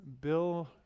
Bill